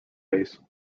ways